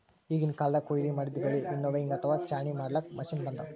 ಈಗಿನ್ ಕಾಲ್ದಗ್ ಕೊಯ್ಲಿ ಮಾಡಿದ್ದ್ ಬೆಳಿ ವಿನ್ನೋವಿಂಗ್ ಅಥವಾ ಛಾಣಿ ಮಾಡ್ಲಾಕ್ಕ್ ಮಷಿನ್ ಬಂದವ್